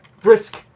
brisk